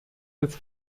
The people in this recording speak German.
des